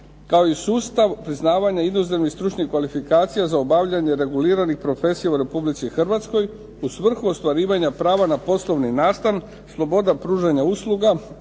kao i sustav priznavanja inozemnih stručnih kvalifikacija za obavljanje reguliranih profesija u Republici Hrvatskoj u svrhu ostvarivanja prava na poslovni nastan, sloboda pružanja usluga